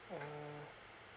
uh